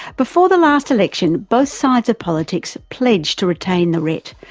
before the last election, both sides of politics pledged to retain the ret,